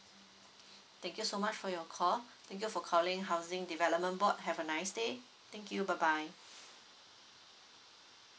thank you so much for your call thank you for calling housing development board have a nice day thank you bye bye